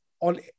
on